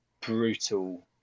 brutal